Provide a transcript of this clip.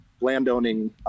landowning